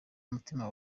mutima